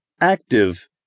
active